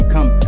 Come